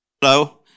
hello